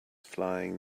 flying